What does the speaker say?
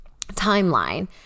timeline